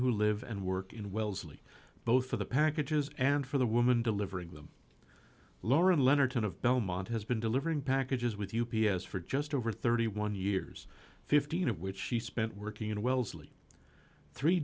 who live and work in wellesley both for the packages and for the woman delivering them lauren leonard cohen of belmont has been delivering packages with u p s for just over thirty one years fifteen of which she spent working in wellesley three